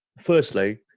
firstly